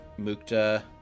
Mukta